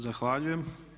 Zahvaljujem.